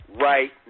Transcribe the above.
right